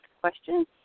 questions